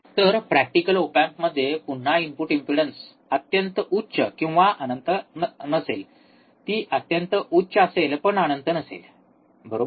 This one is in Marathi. तर प्रॅक्टिकल ओप एम्पमध्ये पुन्हा इनपुट इंपिडेन्स अत्यंत उच्च किंवा अनंत नसेल ती अत्यंत उच्च असेल पण अनंत नसेल बरोबर